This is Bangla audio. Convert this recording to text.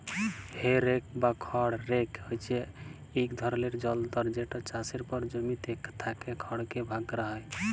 হে রেক বা খড় রেক হছে ইক ধরলের যলতর যেট চাষের পর জমিতে থ্যাকা খড়কে ভাগ ক্যরা হ্যয়